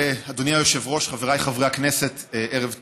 אדוני היושב-ראש, חבריי חברי הכנסת, ערב טוב.